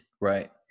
Right